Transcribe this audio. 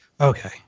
Okay